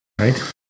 right